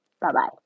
Bye-bye